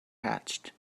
hatched